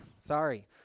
sorry